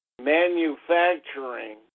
manufacturing